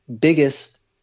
biggest